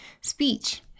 Speech